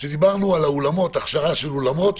שדיברנו על הכשרה של אולמות,